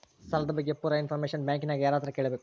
ಸಾಲದ ಬಗ್ಗೆ ಪೂರ ಇಂಫಾರ್ಮೇಷನ ಬ್ಯಾಂಕಿನ್ಯಾಗ ಯಾರತ್ರ ಕೇಳಬೇಕು?